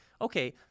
okay